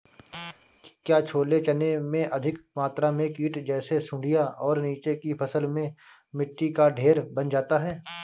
क्या छोले चने में अधिक मात्रा में कीट जैसी सुड़ियां और नीचे की फसल में मिट्टी का ढेर बन जाता है?